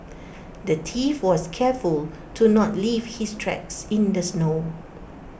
the thief was careful to not leave his tracks in the snow